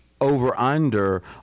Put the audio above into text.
over-under